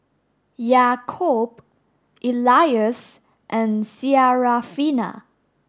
Yaakob Elyas and Syarafina